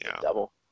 double